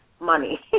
money